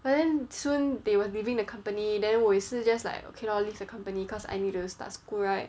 but then soon they were leaving the company then 我也是 just like okay lor leave the company cause I need to start school right